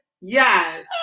Yes